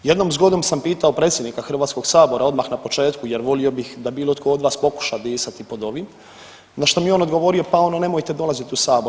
Jednom zgodom sam pitao predsjednika Hrvatskog sabora odmah na početku jer volio bih da bilo tko od vas pokuša disati pod ovim, na što mi je on odgovorio pa ono nemojte dolaziti u sabor.